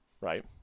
right